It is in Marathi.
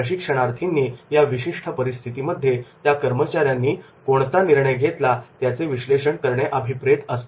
प्रशिक्षणार्थींनी या विशिष्ट परिस्थितीमध्ये त्या कर्मचाऱ्यांनी कोणता निर्णय घेतला याचे विश्लेषण करणे अभिप्रेत असते